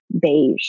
beige